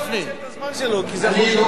אנחנו והערבים, יש לנו אויב